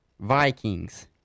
Vikings